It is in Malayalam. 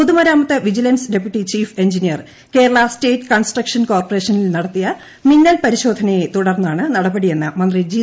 പൊതുമരാമത്ത് vigilance deputy chief engineer Kerala state construction കോർപ്പറേഷനിൽ നടത്തിയ മിന്നൽ പരിശോധനയെ തുടർന്നാണ് നടപടിയെന്ന് മന്ത്രി ജി